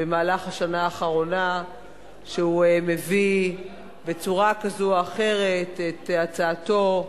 במהלך השנה האחרונה שהוא מביא בצורה כזו או אחרת את הצעתו,